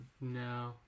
No